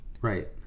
right